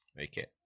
Okay